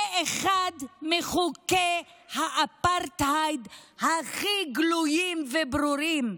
זה אחד מחוקי האפרטהייד הכי גלויים וברורים.